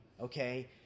Okay